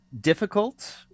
difficult